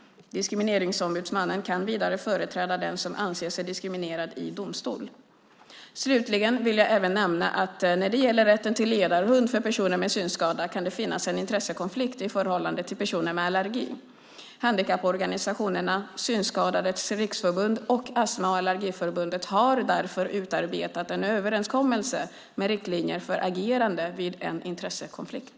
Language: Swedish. Diskrimineringsombudsmannen kan vidare företräda den som anser sig diskriminerad i domstol. Slutligen vill jag även nämna att när det gäller rätten till ledarhund för personer med synskada kan det finnas en intressekonflikt i förhållande till personer med allergi. Handikapporganisationerna Synskadades Riksförbund och Astma och Allergiförbundet har därför utarbetat en överenskommelse med riktlinjer för agerande vid en intressekonflikt.